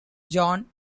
john